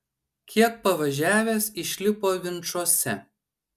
kiek pavažiavęs išlipo vinčuose